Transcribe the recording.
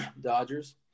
Dodgers